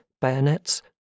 bayonets